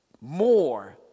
more